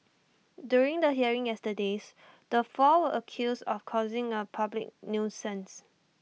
during the hearing yesterday's the four were accused of causing A public nuisance